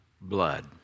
blood